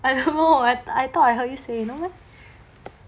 I don't know I thought I heard you say no meh